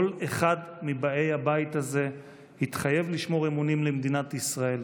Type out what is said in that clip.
כל אחד מבאי הבית הזה התחייב לשמור אמונים למדינת ישראל,